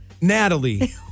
Natalie